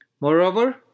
Moreover